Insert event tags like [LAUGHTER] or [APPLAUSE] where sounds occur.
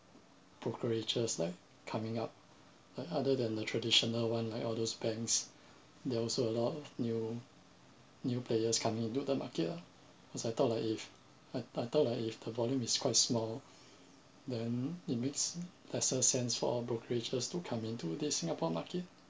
brokerages like coming up like other than the traditional one like all those banks there also a lot of new new players coming into the market lah cause I thought like if I I thought like if the volume is quite small [BREATH] then it makes lesser sense for brokerages to come into the singapore market